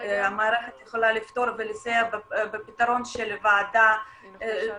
המערכת יכולה לפתור ולסייע בפתרון של בעיית